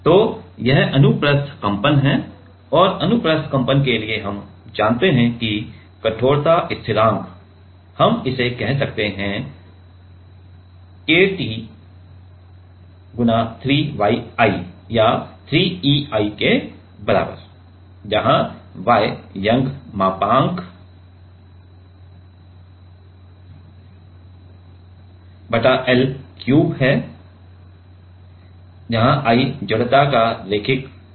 तो यह अनुप्रस्थ कंपन है और अनुप्रस्थ कंपन के लिए हम जानते हैं कि कठोरता स्थिरांक हम इसे कहते हैं KT 3YI या 3EI के बराबर है जहां Y यंग मापांक बटा L क्यूब है जहां I जड़ता का रैखिक क्षण है